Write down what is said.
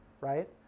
Right